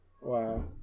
Wow